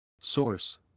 Source